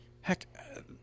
heck